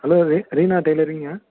hello இது ரீனா டெய்லரிங்கா